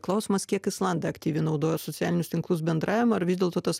klausimas kiek islandai aktyviai naudoja socialinius tinklus bendravimą ar vis dėlto tas